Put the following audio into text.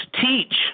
teach